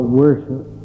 worship